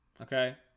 Okay